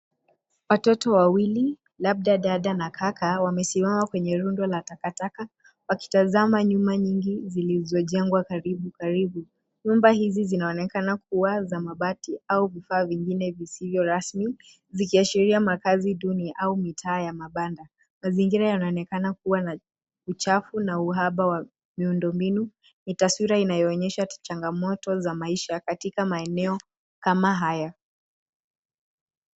Watoto wawili labda dada na kaka wamesimama kwenye rundo la takataka wakitazama nyumba nyingi zilizojengwa karibu karibu. Nyumba hizi zinaonekana kuwa za mabati au vifaa vingine visivyo rasmi zikiashiria makazi duni au mitaa ya mabanda. Mazingira yanaonekana kuwa na uchafu na uhaba wa miundombinu. Ni taswira inayoonyesha changamoto za maisha katika maeneo kama haya.